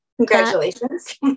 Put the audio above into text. Congratulations